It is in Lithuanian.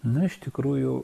na iš tikrųjų